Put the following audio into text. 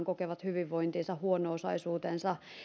kokevat hyvinvointinsa ja huono osaisuutensa